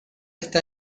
está